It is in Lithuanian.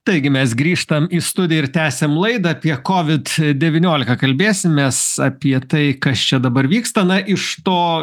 taigi mes grįžtam į studiją ir tęsiam laidą apie covid devyniolika kalbėsimės apie tai kas čia dabar vyksta na iš to